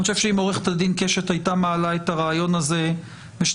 אני חושב שאם עורכת הדין קשת הייתה מעלה את הרעיון הזה בשלבים